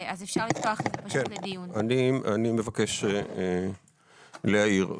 אני מבקש להעיר.